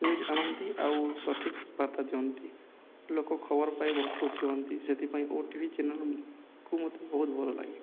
news ଆଣନ୍ତି ଆଉ ସଠିକ୍ ବାର୍ତ୍ତା ଦିଅନ୍ତି ଲୋକ ଖବର ପାଇ ବହୁତ ଖୁସି ହୁଅନ୍ତି ସେଥିପାଇଁ ଓ ଟିଭି ଚ୍ୟାନେଲ୍କୁ ମୋତେ ବହୁତ ଭଲ ଲାଗେ